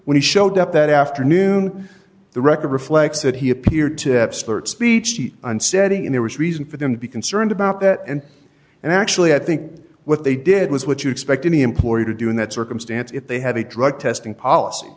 when he showed up that afternoon the record reflects that he appeared to speech and setting in there was reason for them to be concerned about that and and actually i think what they did was what you expect any employee to do in that circumstance if they have a drug testing policy